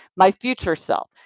my future self,